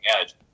edge